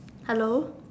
hello